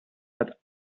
hat